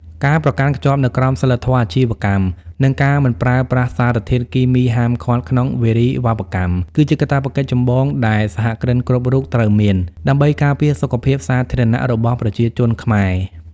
ការប្រកាន់ខ្ជាប់នូវក្រមសីលធម៌អាជីវកម្ម និងការមិនប្រើប្រាស់សារធាតុគីមីហាមឃាត់ក្នុងវារីវប្បកម្ម គឺជាកាតព្វកិច្ចចម្បងដែលសហគ្រិនគ្រប់រូបត្រូវមាន ដើម្បីការពារសុខភាពសាធារណៈរបស់ប្រជាជនខ្មែរ។